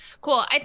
cool